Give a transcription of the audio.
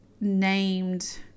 named